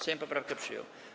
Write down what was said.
Sejm poprawkę przyjął.